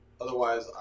otherwise